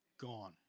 gone